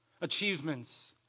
achievements